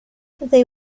they